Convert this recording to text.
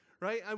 right